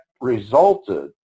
resulted